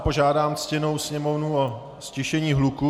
Požádám ctěnou Sněmovnu o ztišení hluku.